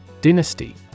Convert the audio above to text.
Dynasty